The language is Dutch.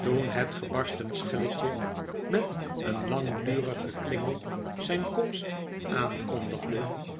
toen het gebarsten schelletje met een langdurig geklingel zijn komst aankondigde